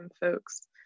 folks